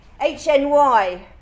HNY